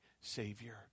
Savior